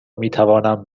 میتوانم